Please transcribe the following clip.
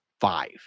five